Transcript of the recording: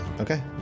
okay